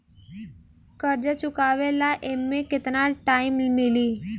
कर्जा चुकावे ला एमे केतना टाइम मिली?